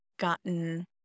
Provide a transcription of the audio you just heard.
gotten